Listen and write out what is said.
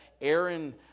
Aaron